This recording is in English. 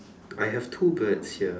I have two birds here